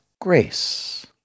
grace